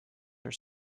are